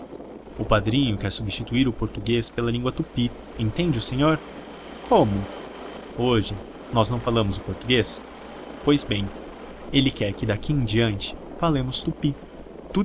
o padrinho quer substituir o português pela língua tupi entende o senhor como hoje nós não falamos português pois bem ele quer que daqui em diante falemos tupi